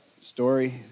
story